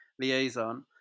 liaison